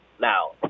Now